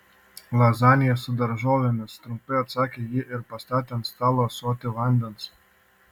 lazanija su daržovėmis trumpai atsakė ji ir pastatė ant stalo ąsotį vandens